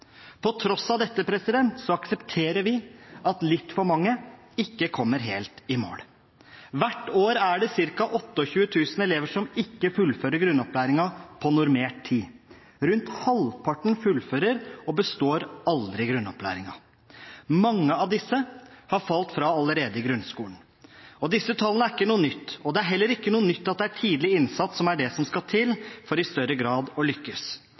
På tross av dette aksepterer vi at litt for mange ikke kommer helt i mål. Hvert år er det ca. 28 000 elever som ikke fullfører grunnopplæringen på normert tid. Rundt halvparten fullfører og består aldri grunnopplæringen. Mange av disse har falt fra allerede i grunnskolen. Disse tallene er ikke noe nytt, og det er heller ikke noe nytt at det er tidlig innsats som er det som skal til for i større grad å lykkes.